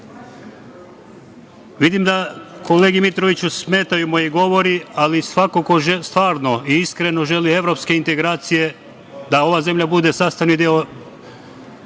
putem? Vidim da kolegi Mitroviću smetaju moji govori, ali svako ko stvarno i iskreno želi evropske integracije, da ova zemlja bude sastavni deo